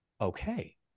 okay